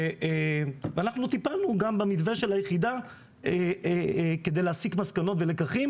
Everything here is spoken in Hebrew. אנחנו טיפלנו גם במתווה של היחידה כדי להסיק מסקנות ולקחים